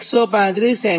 135 10